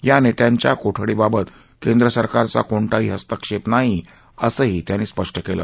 या नेत्यांच्या कोठडीबाबत केंद्र सरकारचा कोणताही हस्तक्षेप नाही असं त्यांनी स्पष् केलं